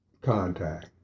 contact